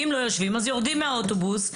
אם לא יושבים, אז יורדים מהאוטובוס.